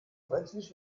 brenzlig